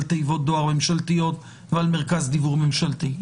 תיבות דואר ממשלתיות ועל מרכז דיוור ממשלתי.